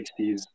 60s